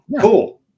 cool